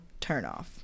turnoff